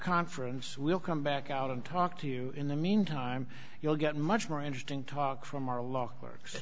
conference we'll come back out and talk to you in the meantime you'll get much more interesting talk from our l